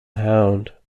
hound